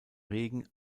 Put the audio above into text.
regen